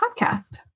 podcast